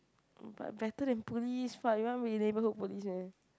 but better than police what you want be neighbourhood police meh